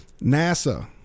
NASA